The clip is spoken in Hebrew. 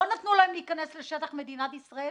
לא נתנו להם להיכנס לשטח מדינת ישראל